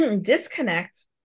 disconnect